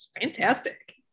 Fantastic